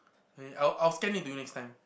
I'll I'll scan it to you next time